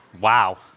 Wow